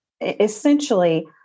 essentially